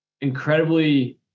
incredibly